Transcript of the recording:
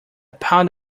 pound